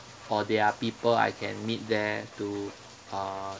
or there are people I can meet there to uh